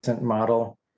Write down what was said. model